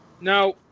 Now